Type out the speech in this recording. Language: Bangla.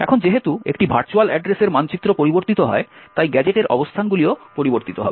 এখন যেহেতু একটি ভার্চুয়াল অ্যাড্রেসের মানচিত্র পরিবর্তিত হয় তাই গ্যাজেটের অবস্থানগুলিও পরিবর্তিত হবে